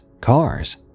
cars